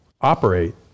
operate